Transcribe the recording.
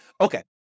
Okay